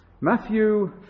Matthew